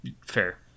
fair